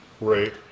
Right